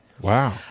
Wow